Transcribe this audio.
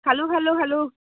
খালো খালো খালো